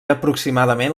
aproximadament